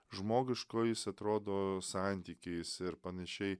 žmogiško jis atrodo santykiais ir panašiai